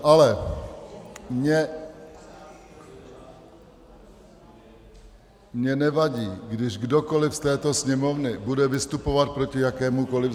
Ale mně nevadí, když kdokoliv z této Sněmovny bude vystupovat proti jakémukoli...